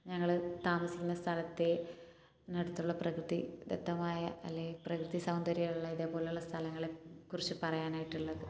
ഞങ്ങൾ താമസിക്കുന്ന സ്ഥലത്തെ അടുത്തുള്ള പ്രകൃതിദത്തമായ അല്ലെങ്കിൽ പ്രകൃതി സൗന്ദര്യം ഉള്ള ഇതേപോലെയുള്ള സ്ഥലത്തെക്കുറിച്ച് പറയാനായിട്ട് ഉള്ളത്